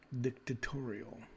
dictatorial